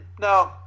no